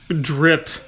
drip